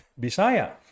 Bisaya